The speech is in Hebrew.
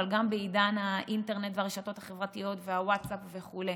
גם בעידן האינטרנט והרשתות החברתיות והווטסאפ וכו'.